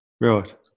Right